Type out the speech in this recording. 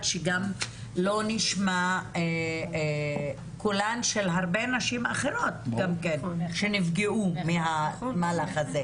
שגם לא נשמע קולן של הרבה נשים אחרות שנפגעו מהמהלך הזה.